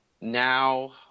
now